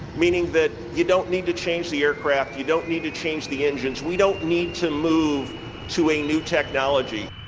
meaning that you don't need to change the aircraft, you don't need to change the engines, we don't need to move to a new technology.